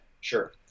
Sure